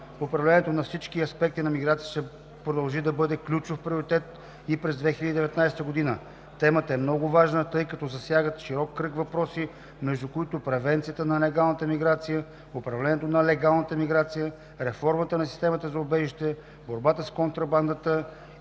Управлението на всички аспекти на миграцията ще продължи да бъде ключов приоритет и през 2019 г. Темата е много важна, тъй като се засягат широк кръг въпроси, между които превенцията на нелегалната миграция, управлението на легалната миграция, реформата на системата за убежище, борбата с контрабандата